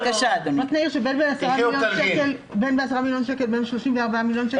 יש הבדל בין 10 מיליון שקל לבין 34 מיליון שקל,